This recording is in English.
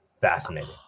fascinating